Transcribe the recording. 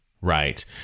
right